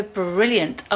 brilliant